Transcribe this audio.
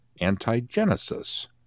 Anti-Genesis